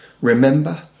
Remember